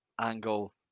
Angle